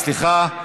סליחה.